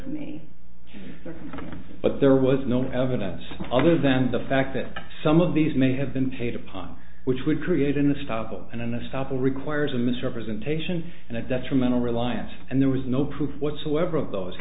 to me but there was no evidence other than the fact that some of these may have been paid upon which would create in the style go and in the south requires a misrepresentation and a detrimental reliance and there was no proof whatsoever of those